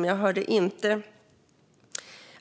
Men jag hörde inte